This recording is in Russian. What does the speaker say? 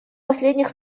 последних